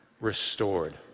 restored